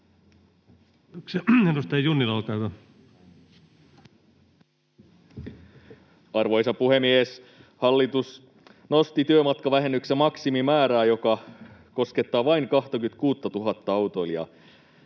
Time: 16:01 Content: Arvoisa puhemies! Hallitus nosti työmatkavähennyksen maksimimäärää, joka koskettaa vain 26 000:ta autoilijaa.